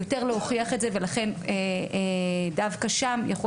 יותר להוכיח את זה ולכן דווקא שם יכול